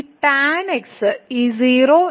ഈ tan x ഈ 0 ഇവിടെ sin x 0 ആക്കും